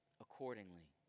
accordingly